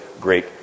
Great